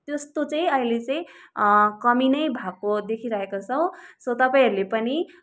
त्यस्तो चाहिँ अहिले चाहिँ कमी नै भएको देखिरहेको छौँ सो तपाईँहरूले पनि